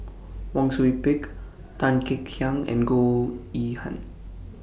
Wang Sui Pick Tan Kek Hiang and Goh Yihan